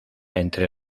entre